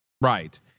Right